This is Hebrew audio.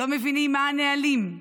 לא מבינים מה הנהלים,